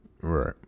Right